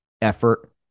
Effort